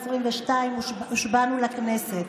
2022 הושבענו לכנסת.